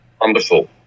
Wonderful